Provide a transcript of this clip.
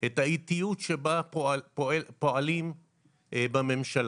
את האיטיות שבה פועלים בממשלה,